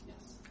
Yes